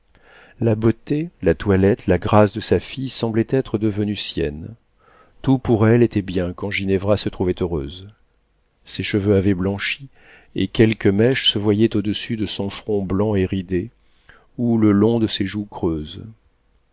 la beauté la toilette la grâce de sa fille semblaient être devenues siennes tout pour elle était bien quand ginevra se trouvait heureuse ses cheveux avaient blanchi et quelques mèches se voyaient au-dessus de son front blanc et ridé ou le long de ses joues creuses